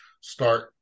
start